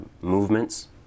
movements